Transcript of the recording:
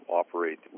operate